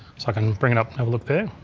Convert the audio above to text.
so i can bring it up and have a look there.